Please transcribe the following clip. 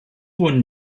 wurden